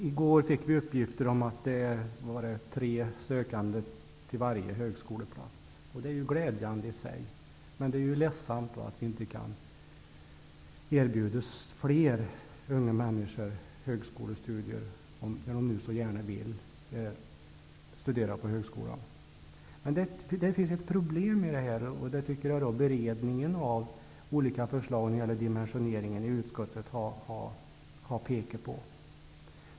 I går fick vi uppgifter om att det var tre sökande till varje högskoleplats. Det är ju glädjande i sig, men det är då ledsamt att inte fler unga människor kan erbjudas högskolestudier, när de nu så gärna vill studera på högskola. Utskottet har pekat på att det finns ett problem med beredningen av olika förslag när det gäller dimensioneringen.